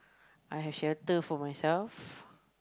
I have shelter for myself